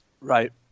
Right